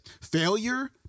failure